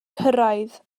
cyrraedd